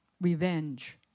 revenge